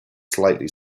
slightly